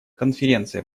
конференция